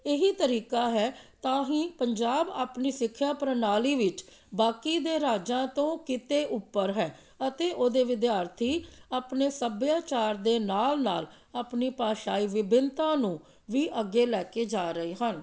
ਇਹੀ ਤਰੀਕਾ ਹੈ ਤਾਂ ਹੀ ਪੰਜਾਬ ਆਪਣੀ ਸਿੱਖਿਆ ਪ੍ਰਣਾਲੀ ਵਿੱਚ ਬਾਕੀ ਦੇ ਰਾਜਾਂ ਤੋਂ ਕਿਤੇ ਉੱਪਰ ਹੈ ਅਤੇ ਉਹਦੇ ਵਿਦਿਆਰਥੀ ਆਪਣੇ ਸੱਭਿਆਚਾਰ ਦੇ ਨਾਲ ਨਾਲ ਆਪਣੀ ਭਾਸ਼ਾਈ ਵਿਭਿੰਨਤਾ ਨੂੰ ਵੀ ਅੱਗੇ ਲੈ ਕੇ ਜਾ ਰਹੇ ਹਨ